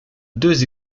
deux